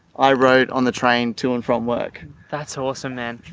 i wrote on the train to and from work. that's awesome man.